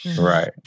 Right